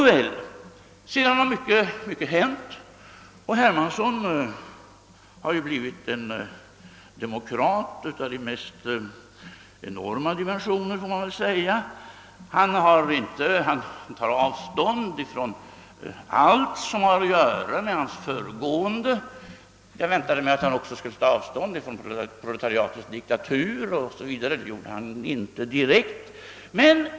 Nåväl, sedan dess har mycket hänt och herr Hermansson har ju blivit en demokrat av, det får man väl säga, de mest enorma dimensioner. Han tar avstånd från allt som har att göra med nans förflutna, och jag väntade mig också att han skulle ta avstånd från proletariatets diktatur m.m., men det gjorde han inte direkt.